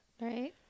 Right